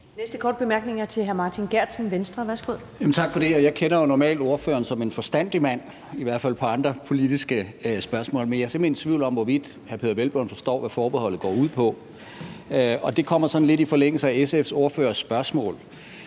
næste korte bemærkning er til hr. Martin Geertsen, Venstre. Værsgo. Kl. 14:49 Martin Geertsen (V): Tak for det. Jeg kender jo normalt ordføreren som en forstandig mand, i hvert fald på andre politiske spørgsmål. Men jeg er simpelt hen i tvivl om, hvorvidt hr. Peder Hvelplund forstår, hvad forbeholdet går ud på. Og det kommer sådan lidt i forlængelse af SF's ordførers spørgsmål.